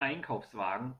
einkaufswagen